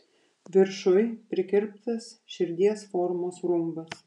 viršuj prikirptas širdies formos rumbas